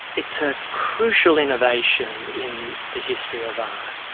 it's a crucial innovation in the history of art.